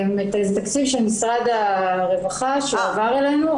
זה תקציב של משרד הרווחה שהועבר אלינו,